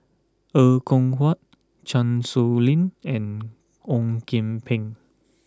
Er Kwong Wah Chan Sow Lin and Ong Kian Peng